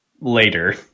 Later